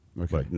Okay